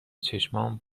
چشمام